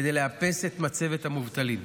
כדי לאפס את מצבת המובטלים.